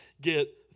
get